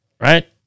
right